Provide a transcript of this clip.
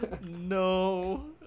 no